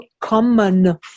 common